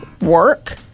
work